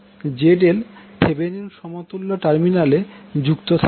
এবং ZL Thevenin সমতুল্য টার্মিনালে যুক্ত থাকবে